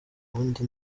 wundi